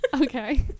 Okay